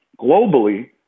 globally